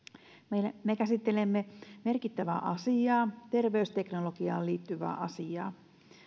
me me käsittelemme merkittävää terveysteknologiaan liittyvää asiaa